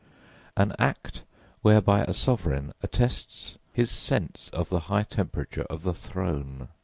an act whereby a sovereign attests his sense of the high temperature of the throne.